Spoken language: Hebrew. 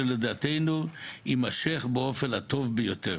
שלדעתנו יימשך באופן הטוב ביותר.